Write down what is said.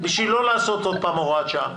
בשביל לא לעשות עוד פעם הוראת שעה.